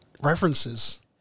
references